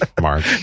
Mark